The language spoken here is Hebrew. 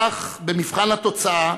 כך, במבחן התוצאה,